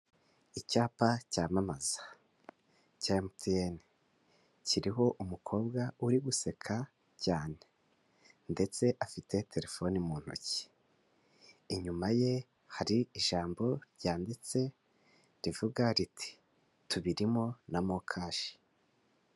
Icyapa cyamamaza cya MTN kiriho umukobwa uri guseka cyane ndetse afite telefone mu ntoki inyuma ye hari ijambo ryanditse rivuga riti tubirimo na mocash.